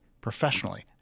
professionally